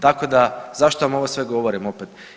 Tako da, zašto vam ovo sve govorim opet?